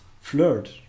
Flirt